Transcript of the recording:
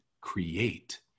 create